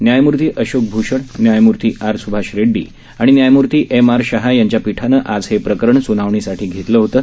न्यायमूर्ती अशोक भूषण न्यायमूर्ती आर सुभाष रेड्डी आणि न्यायमूर्ती एम आर शहा यांच्या पीठानं आज हे प्रकरण सुनावणीसाठी घेतलं होतं